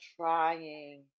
trying